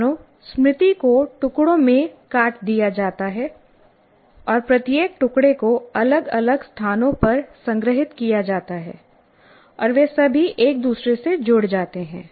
मानो स्मृति को टुकड़ों में काट दिया जाता है और प्रत्येक टुकड़े को अलग अलग स्थानों पर संग्रहीत किया जाता है और वे सभी एक दूसरे से जुड़ जाते हैं